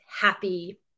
happy